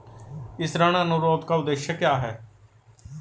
इस ऋण अनुरोध का उद्देश्य क्या है?